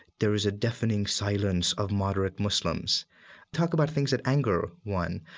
there is a deafening silence of moderate muslims talk about things that anger one,